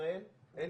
הכנסת.